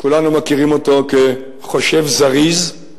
כולנו מכירים אותו כחושב זריז,